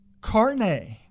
carne